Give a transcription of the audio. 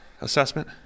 assessment